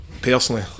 personally